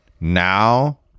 Now